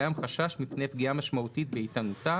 קיים חשש מפני פגיעה משמעותית לאיתנותה